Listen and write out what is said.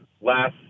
last